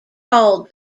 called